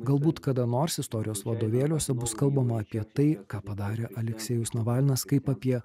galbūt kada nors istorijos vadovėliuose bus kalbama apie tai ką padarė aleksejus navalnas kaip apie